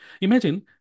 Imagine